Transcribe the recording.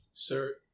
Sir